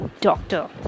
doctor